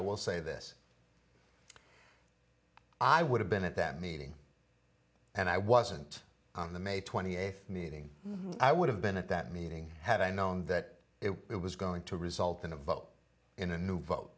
i will say this i would have been at that meeting and i wasn't on the may twenty eighth meeting i would have been at that meeting had i known that it was going to result in a vote in a new vote